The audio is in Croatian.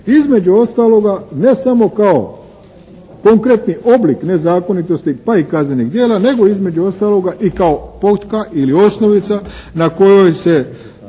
između ostaloga ne samo kao konkretni oblik nezakonitosti pa i kaznenih djela nego između ostaloga i kao …/Govornik se